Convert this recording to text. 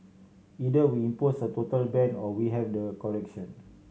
either we impose a total ban or we have the correction